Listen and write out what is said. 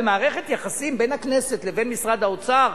במערכת היחסים בין הכנסת לבין משרד האוצר,